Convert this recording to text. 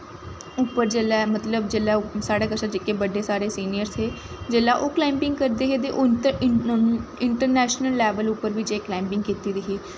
उप्पर जिसलै मतलव जिसलै साढ़ै कशा दा बड्डे जेह्के सिनियर हे जिसलै ओह् कलाईंबिंग करदे हे ते उ'नें ते इन्ट्रनैशनल लैवल पर बी कलाईंबिंग कीती दी ही